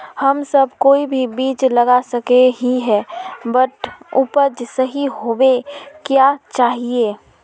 हम सब कोई भी बीज लगा सके ही है बट उपज सही होबे क्याँ चाहिए?